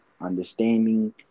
understanding